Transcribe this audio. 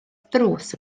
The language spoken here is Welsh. ddrws